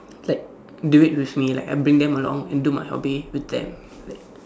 like do it with me like I bring them along and do my hobby with them like